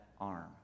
arm